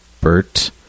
Bert